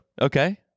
okay